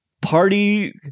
party